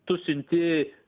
tu siunti